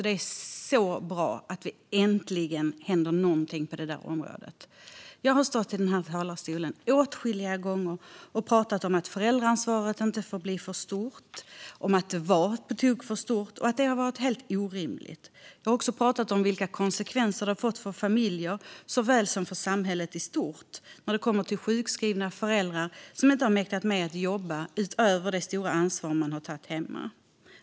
Det är väldigt bra att det äntligen händer något på det området. Åtskilliga gånger har jag stått i den här talarstolen och pratat om att föräldraansvaret inte får bli för stort, att det har varit på tok för stort och att det har varit helt orimligt. Jag har också pratat om vilka konsekvenser det har fått för familjer såväl som för samhället i stort när det gäller sjukskrivna föräldrar som inte mäktar med att jobba utöver det stora ansvar de tar hemma.